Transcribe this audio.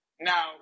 Now